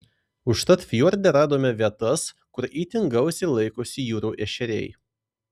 užtat fjorde radome vietas kur itin gausiai laikosi jūrų ešeriai